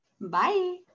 Bye